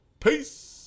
Peace